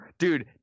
Dude